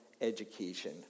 education